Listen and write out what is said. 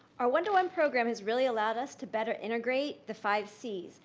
our one to one program has really allowed us to better integrate the five cs,